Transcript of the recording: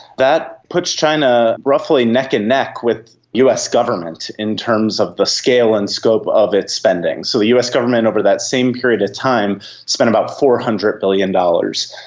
that puts china roughly neck and neck with the us government in terms of the scale and scope of its spending. so the us government over that same period of time spent about four hundred billion dollars.